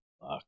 Fuck